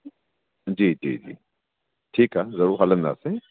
जी जी जी ठीकु आहे ज़रूरु हलंदासीं